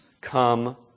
come